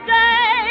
day